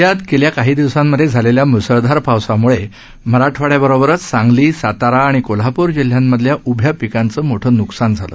राज्यात गेल्या काही दिवसात झालेल्या मुसळधार पावसामुळे मराठवाड्याबरोबरच सांगली सातारा आणि कोल्हापूर जिल्ह्यातल्या उभ्या पिकांचं मोठं नुकसान झालं